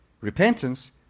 Repentance